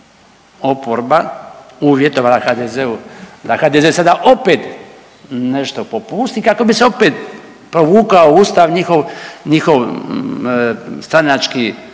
oporba uvjetovala HDZ-u da HDZ sada opet nešto popusti kako bi se opet provukao u ustav njihov, njihov stranački,